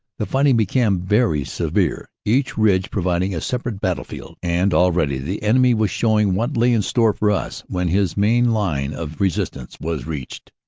the fighting became very severe, each ridge providing a separate battlefield, and already the enemy was showing what lay in store for us when his main line of resist ance was reached.